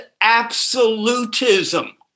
absolutism